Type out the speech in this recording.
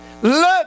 Look